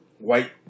white